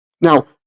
now